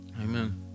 Amen